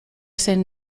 zen